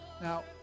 Now